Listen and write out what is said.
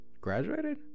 graduated